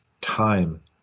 time